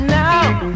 now